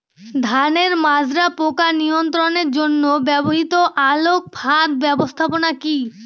ধানের মাজরা পোকা নিয়ন্ত্রণের জন্য ব্যবহৃত আলোক ফাঁদ ব্যবস্থাপনা কি?